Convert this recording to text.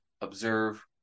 observe